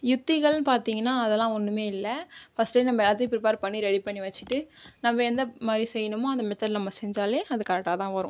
யுத்திகள்னு பார்த்திங்கன்னா அதலாம் ஒன்றுமே இல்லை ஃபஸ்ட்டு நம்ம எல்லாத்தையும் ப்ரிப்பேர் பண்ணி ரெடி பண்ணி வச்சிட்டு நம்ம எந்த மாதிரி செய்யணுமோ அந்த மெத்தடில் நம்ம செஞ்சாலே அது கரெக்ட்டாதான் வரும்